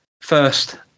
first